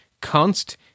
const